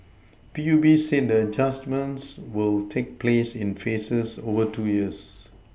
P U B said the adjustments will take place in phases over two years